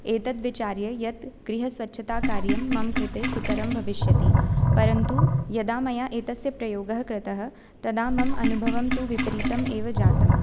एतद् विचार्य यत् गृहस्वच्छताकार्यं मम कृते सुकरं भविष्यति परन्तु यदा मया एतस्य प्रयोगः कृतः तदा मम अनुभवं तु विपरीतमेव जातम्